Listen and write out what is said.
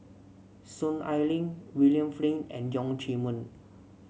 Soon Ai Ling William Flint and Leong Chee Mun